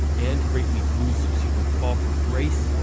and great leap liu's subsequent fall from grace,